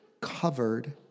covered